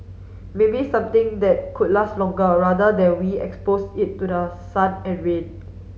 maybe something that could last longer rather than we expose it to the sun and rain